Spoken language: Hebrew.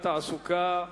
המסחר והתעסוקה.